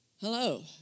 hello